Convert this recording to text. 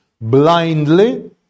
blindly